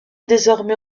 désormais